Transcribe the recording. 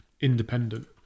independent